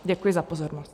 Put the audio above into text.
Děkuji za pozornost.